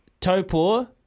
Topor